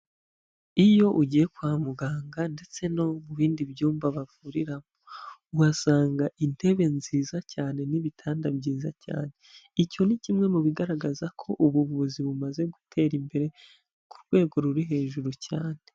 Iyo ugiye kwa muganga ndetse no mu bindi byumba bavuriramo, uhasanga intebe nziza cyane n'ibitanda byiza cyane. Icyo ni kimwe mu bigaragaza ko ubuvuzi bumaze gutera imbere, ku rwego ruri hejuru cyane.